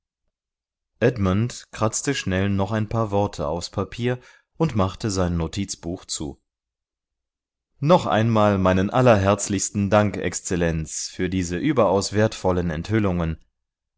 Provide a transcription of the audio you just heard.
edmund kratzte schnell noch ein paar worte aufs papier und machte sein notizbuch zu noch einmal meinen allerherzlichsten dank exzellenz für diese überaus wertvollen enthüllungen